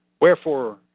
Wherefore